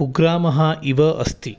कुग्रामः इव अस्ति